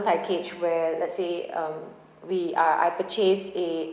package where let's say um we are I purchase a